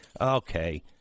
Okay